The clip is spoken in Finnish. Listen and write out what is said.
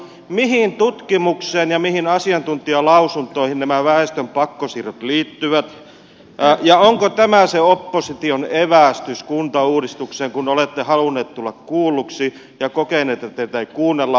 mihin tutkimukseen ja mihin asiantuntijalausuntoihin nämä väestön pakkosiirrot liittyvät ja onko tämä se opposition evästys kuntauudistukseen kun olette halunneet tulla kuulluiksi ja kokeneet että teitä ei kuunnella